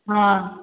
हाँ